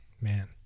man